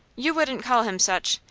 you wouldn't call him such.